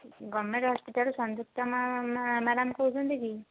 government ହସ୍ପିଟାଲରୁ Sanjukta ma'am madam କହୁଛନ୍ତି କି